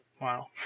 wow